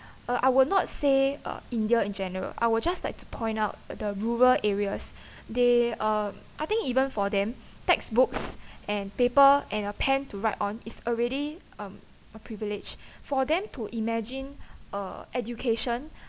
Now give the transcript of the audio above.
uh I will not say uh india in general I will just like to point out the rural areas they uh I think even for them textbooks and paper and a pen to write on it's already uh a privilege for them to imagine uh education